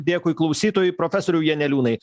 dėkui klausytojui profesoriau janeliūnai